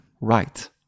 right